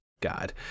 God